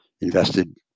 invested